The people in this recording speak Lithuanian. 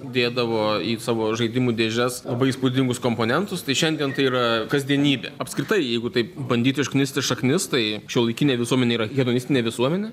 dėdavo į savo žaidimų dėžes labai įspūdingus komponentus tai šiandien tai yra kasdienybė apskritai jeigu taip bandyt išknisti šaknis tai šiuolaikinė visuomenė yra hedonistinė visuomenė